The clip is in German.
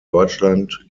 deutschland